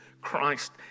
Christ